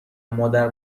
مادر